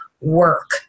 work